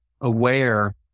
aware